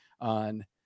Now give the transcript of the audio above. on